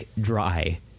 dry